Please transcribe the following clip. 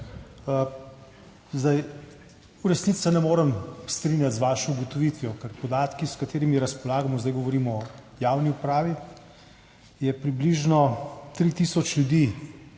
V resnici se ne morem strinjati z vašo ugotovitvijo, ker podatki, s katerimi razpolagamo, zdaj govorimo o javni upravi, [kažejo, da] približno 3 tisoč ljudi